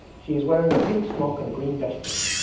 she is wearing a pink smock and a green beshmet.